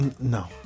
No